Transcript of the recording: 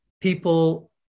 people